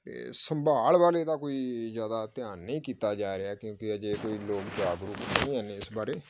ਅਤੇ ਸੰਭਾਲ ਵੱਲ ਇਹਦਾ ਕੋਈ ਜ਼ਿਆਦਾ ਧਿਆਨ ਨਹੀਂ ਕੀਤਾ ਜਾ ਰਿਹਾ ਕਿਉਂਕਿ ਅਜੇ ਕੋਈ ਲੋਕ ਜਾਗਰੂਕ ਨਹੀਂ ਹਨ ਇਸ ਬਾਰੇ